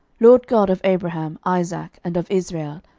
lord god of abraham, isaac, and of israel,